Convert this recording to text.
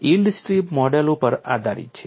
yield strip model ઉપર આધારિત છે